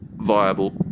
viable